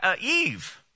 Eve